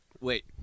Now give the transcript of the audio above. Wait